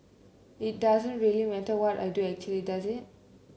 it doesn't really matter what I do actually does it